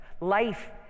Life